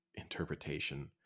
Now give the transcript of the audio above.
interpretation